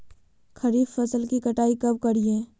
खरीफ फसल की कटाई कब करिये?